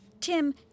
Tim